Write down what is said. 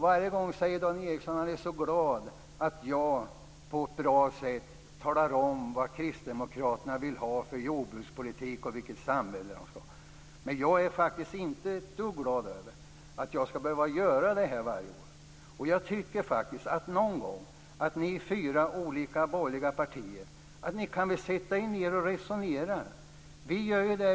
Varje gång säger Dan Ericsson att han är så glad över att jag på ett bra sätt talar om vad kristdemokraterna vill ha för jordbrukspolitik och vilket samhälle de ska ha. Men jag är faktiskt inte ett dugg glad över att jag ska behöva göra det här varje år. Jag tycker faktiskt att ni fyra olika borgerliga partier någon gång kan sätta er ner och resonera.